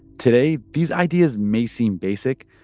today, these ideas may seem basic,